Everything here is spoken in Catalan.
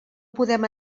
podem